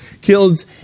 kills